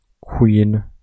Queen